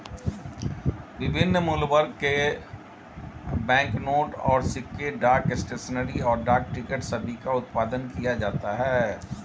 विभिन्न मूल्यवर्ग के बैंकनोट और सिक्के, डाक स्टेशनरी, और डाक टिकट सभी का उत्पादन किया जाता है